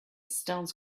stones